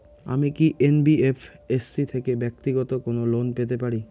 আমি কি এন.বি.এফ.এস.সি থেকে ব্যাক্তিগত কোনো লোন পেতে পারি?